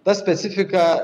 ta specifika